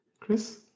Chris